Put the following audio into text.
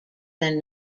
than